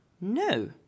No